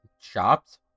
Shops